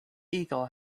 eagle